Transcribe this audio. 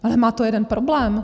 Ale má to jeden problém.